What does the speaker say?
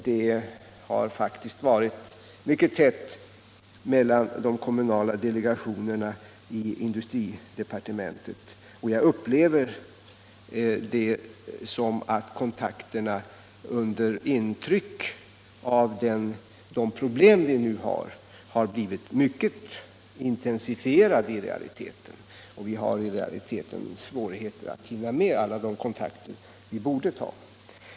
Det har faktiskt varit mycket tätt mellan de kommunala delegationerna i industridepartementet. Min upplevelse är att kontakterna, under intryck av föreliggande problem, har intensifierats och att vi i realiteten har svårigheter att hinna med alla de kontakter vi borde ta.